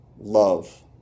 love